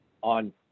on